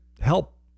help